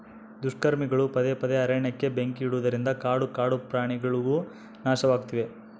ದುಷ್ಕರ್ಮಿಗಳು ಪದೇ ಪದೇ ಅರಣ್ಯಕ್ಕೆ ಬೆಂಕಿ ಇಡುವುದರಿಂದ ಕಾಡು ಕಾಡುಪ್ರಾಣಿಗುಳು ನಾಶವಾಗ್ತಿವೆ